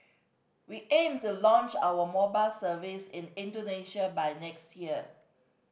we aim to launch our mobile service in Indonesia by next year